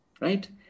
right